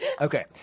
okay